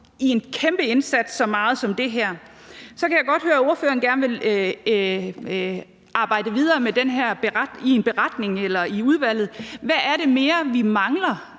i en kæmpe indsats som den her. Så kan jeg godt høre, at ordføreren gerne vil arbejde videre i en beretning eller i udvalget, men hvad er det mere, vi mangler,